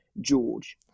George